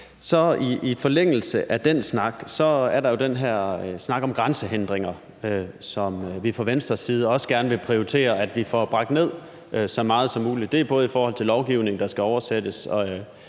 I forlængelse af den snak er der jo den her snak om grænsehindringer, som vi fra Venstres side også gerne vil prioritere at vi får bragt ned så meget som muligt. Det er både i forhold til lovgivning, der skal oversættes